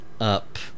up